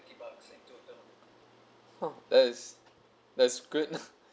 yes that's good